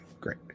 great